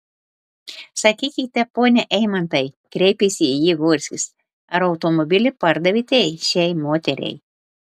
sakykite pone eimantai kreipėsi į jį gorskis ar automobilį pardavėte šiai moteriai